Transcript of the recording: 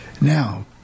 Now